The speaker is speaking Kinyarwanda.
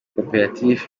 koperative